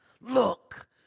Look